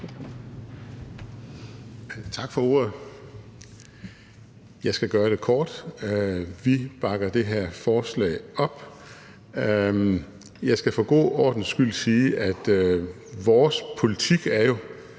Tak for ordet. Jeg skal gøre det kort. Vi bakker det her forslag op. Jeg skal for god ordens skyld sige, at vores politik jo